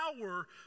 power